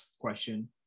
question